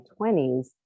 20s